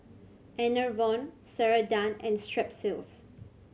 Enervon Ceradan and Strepsils